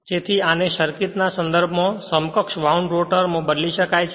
જેથી આને સર્કિટ ના સંદર્ભ માં સમકક્ષ વાઉંડ રોટર માં બદલી શકાય છે